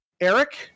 Eric